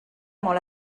molt